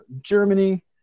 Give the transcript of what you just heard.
Germany